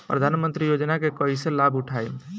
प्रधानमंत्री योजना के कईसे लाभ उठाईम?